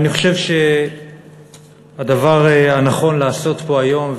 אני חושב שהדבר הנכון לעשות פה היום,